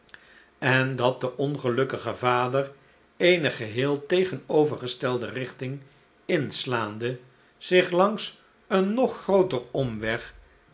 en dat de ongelukkige vader eene geheel tegenovergestelde richting inslaande zich langs een nog grooter omweg